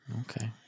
Okay